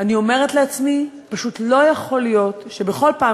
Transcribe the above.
אני אומרת לעצמי: פשוט לא יכול להיות שבכל פעם,